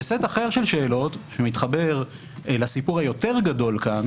וסט אחר של שאלות שמתחבר לסיפור היותר גדול פה,